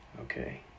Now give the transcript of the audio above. Okay